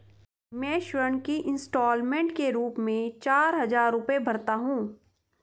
मैं ऋण के इन्स्टालमेंट के रूप में चार हजार रुपए भरता हूँ